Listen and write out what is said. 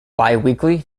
biweekly